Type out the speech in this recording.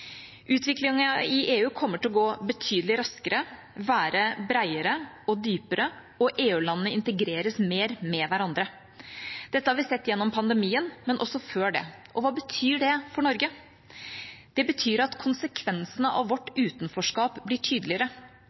i EU kommer til å gå betydelig raskere, være bredere og dypere, og EU-landene integreres mer med hverandre. Dette har vi sett gjennom pandemien, men også før det. Og hva betyr det for Norge? Det betyr at konsekvensene av vårt utenforskap blir tydeligere.